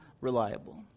reliable